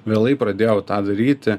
vėlai pradėjau tą daryti